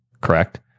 correct